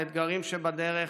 האתגרים שבדרך,